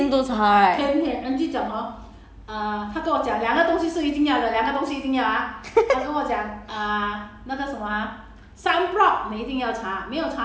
body also 我久久擦一次 lor 她天天都擦 right